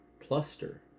cluster